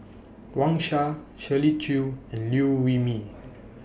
Wang Sha Shirley Chew and Liew Wee Mee